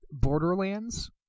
Borderlands